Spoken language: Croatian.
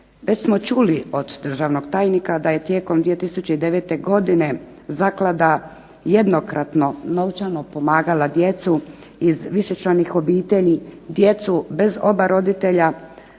Već smo čuli od državnog tajnika da je tijekom 2009. godine zaklada jednokratno novčano pomagala djecu iz višečlanih obitelji, djecu bez oba roditelja,